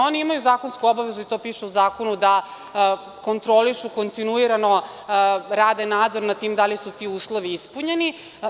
Oni imaju zakonsku obavezu, to piše u zakonu da kontrolišu kontinuirano, rade nadzor nad tim da li su ti uslovi ispunjeni.